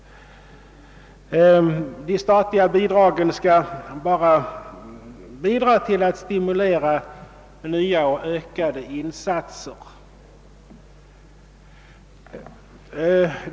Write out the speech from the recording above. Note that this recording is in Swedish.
De statliga bidragen skall stimulera till nya och ökade insatser.